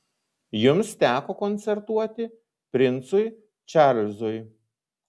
jums teko koncertuoti princui čarlzui